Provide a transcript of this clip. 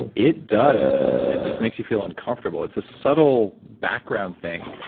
and it does, it just makes you feel uncomfortable. it's a subtle background thing.